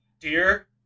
Dear